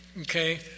Okay